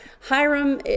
Hiram